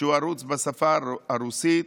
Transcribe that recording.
שהוא ערוץ בשפה הרוסית,